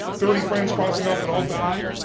thirty friends crossing off that all died.